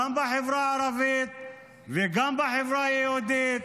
גם בחברה הערבית וגם בחברה היהודית.